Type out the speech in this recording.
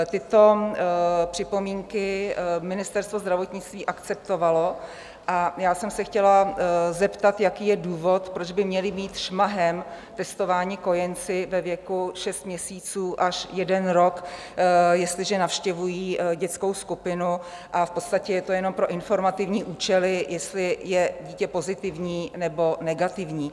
Tyto připomínky Ministerstvo zdravotnictví akceptovalo a já jsem se chtěla zeptat, jaký je důvod, proč by měli být šmahem testováni kojenci ve věku šest měsíců až jeden rok, jestliže navštěvují dětskou skupinu a v podstatě je to jenom pro informativní účely, jestli je dítě pozitivní nebo negativní.